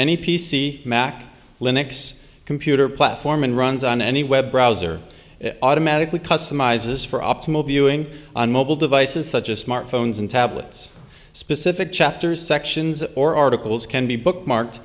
any p c mac linux computer platform and runs on any web browser automatically customizes for optimal viewing on mobile devices such as smartphones and tablets specific chapters sections or articles can be bookmark